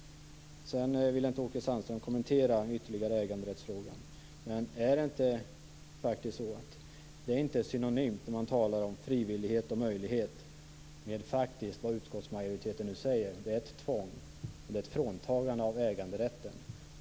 Sedan ville inte Åke Sandström ytterligare kommentera äganderättsfrågan. Frivillighet och möjlighet är inte synonymt med det som utskottsmajoriteten nu säger. Det handlar om tvång och om ett fråntagande av äganderätten.